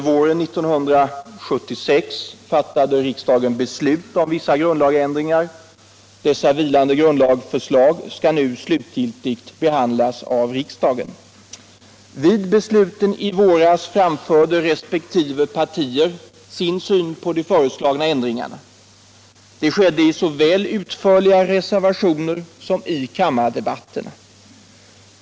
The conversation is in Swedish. Vid besluten i våras framförde resp. partier sin syn på de föreslagna ändringarna. Detta skedde såväl i utförliga reservationer som i kammardebatterna.